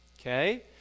okay